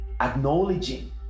acknowledging